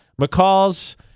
McCall's